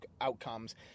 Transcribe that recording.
outcomes